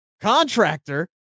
contractor